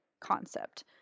concept